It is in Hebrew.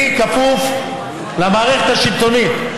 אני כפוף למערכת השלטונית.